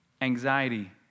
Anxiety